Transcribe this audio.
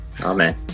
Amen